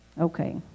Okay